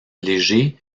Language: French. léger